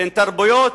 בין תרבויות,